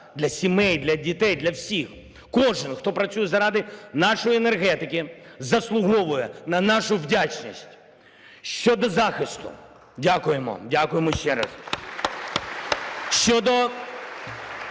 для сімей, для дітей, для всіх. Кожен, хто працює заради нашої енергетики, заслуговує на нашу вдячність. Щодо захисту. Дякуємо, дякуємо ще раз!